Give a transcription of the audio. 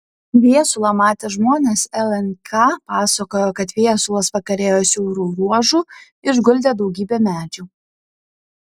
viesulą matę žmonės lnk pasakojo kad viesulas vakare ėjo siauru ruožu išguldė daugybė medžių